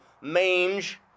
mange